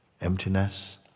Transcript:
emptiness